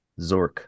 Zork